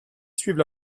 suivent